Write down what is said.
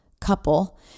couple